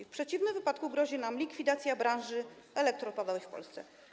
W przeciwnym wypadku grozi nam likwidacja branży elektroodpadów w Polsce.